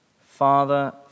Father